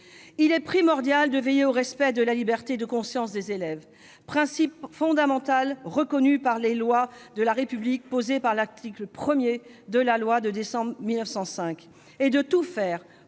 Il est primordial de veiller au respect de la liberté de conscience des élèves, principe fondamental reconnu par les lois de la République, affirmé par l'article 1 de la loi du 9 décembre 1905, et de tout faire